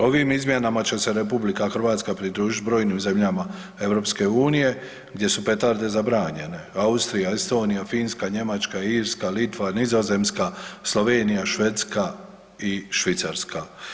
Ovim izmjenama će se RH pridružiti brojnim zemljama EU gdje su petarde zabranjene, Austrija, Estonija, Finska, Njemačka, Irska, Litva, Nizozemska, Slovenija, Švedska i Švicarska.